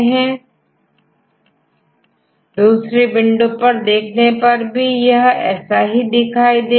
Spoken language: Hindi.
आप अलग अलग विंडो साइज उपयोग कर सकते हैं थ्रेसोल्ड का इस्तेमाल कर सकते हैं उदाहरण के तौर पर दूसरी विंडो पर देखने पर भी यह ऐसा ही दिखाई देगा